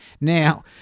Now